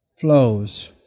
flows